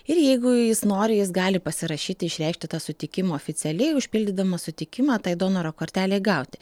ir jeigu jis nori jis gali pasirašyti išreikšti tą sutikimą oficialiai užpildydamas sutikimą tai donoro kortelei gauti